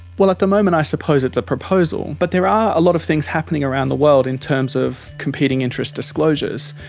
well, at the moment i suppose it's a proposal, but there are a lot of things happening around the world in terms of competing interest disclosures.